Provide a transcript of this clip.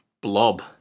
blob